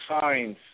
signs